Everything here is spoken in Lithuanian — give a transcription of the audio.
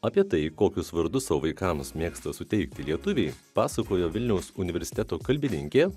apie tai kokius vardus savo vaikams mėgsta suteikti lietuviai pasakojo vilniaus universiteto kalbininkė